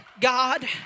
God